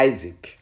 Isaac